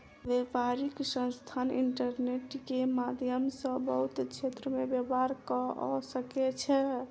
व्यापारिक संस्थान इंटरनेट के माध्यम सॅ बहुत क्षेत्र में व्यापार कअ सकै छै